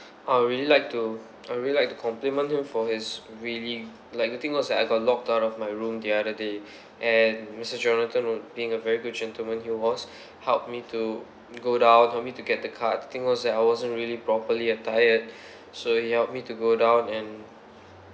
I really like to I really like to compliment him for his really like the thing was that I got locked out of my room the other day and mister jonathan was being a very good gentleman he was helped me to go down help me to get the card the thing was that I wasn't really properly attired so help me to go down and